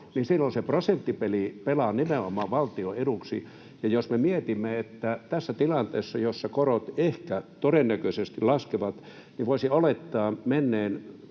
ja silloin se prosenttipeli pelaa nimenomaan valtion eduksi. Jos me mietimme, että tässä tilanteessa, jossa korot ehkä todennäköisesti laskevat, voisi olettaa menneen